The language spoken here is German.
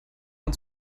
man